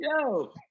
Yo